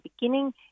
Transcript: beginning